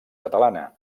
catalana